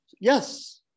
yes